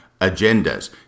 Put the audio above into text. agendas